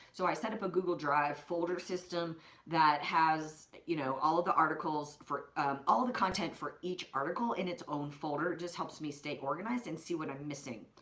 so i set up a google drive folder system that has, you know, all of the articles, all the content for each article in its own folder, just helps me stay organized and see what i'm missing.